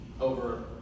over